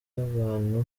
bantu